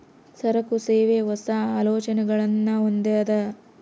ಸರಕು, ಸೇವೆ, ಹೊಸ, ಆಲೋಚನೆಗುಳ್ನ ಹೊಂದಿದ